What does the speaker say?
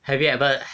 have you ever